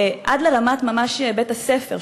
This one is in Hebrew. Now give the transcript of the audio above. עד לרמת בית-הספר ממש,